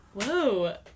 Whoa